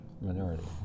minority